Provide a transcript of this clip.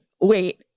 wait